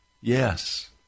Yes